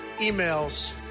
emails